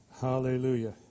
Hallelujah